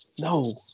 No